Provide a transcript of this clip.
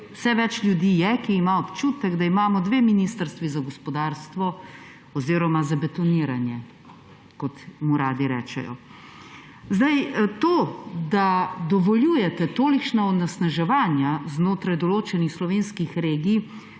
Vse več ljudi je, ki ima občutek, da imamo dve ministrstvi za gospodarstvo oziroma za betoniranje, kot mu radi rečejo. To, da dovoljujete tolikšna onesnaževanja znotraj določenih slovenskih regij,